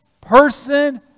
person